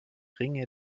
ringe